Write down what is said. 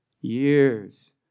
Years